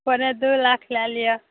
पौने दू लाख लऽ लिअ